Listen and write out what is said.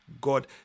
god